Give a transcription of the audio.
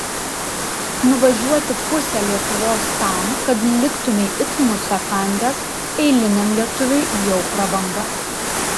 nuvažiuoti pusę lietuvos tam kad liktumei it musę kandęs eiliniam lietuviui jau prabanga